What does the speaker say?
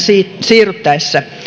siirryttäessä